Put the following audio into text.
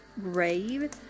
grave